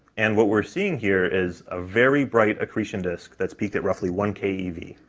and what we're seeing here is a very bright accretion disk that's peaked at roughly one kev.